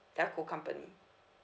telco company